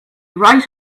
right